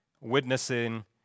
Witnessing